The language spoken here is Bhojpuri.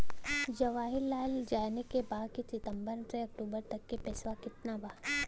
जवाहिर लाल के जाने के बा की सितंबर से अक्टूबर तक के पेसवा कितना बा?